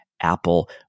apple